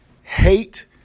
hate